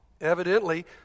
Evidently